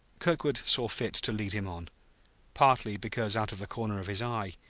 kirkwood saw fit to lead him on partly because, out of the corner of his eye,